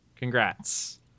Congrats